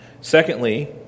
Secondly